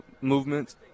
movement